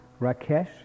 Rakesh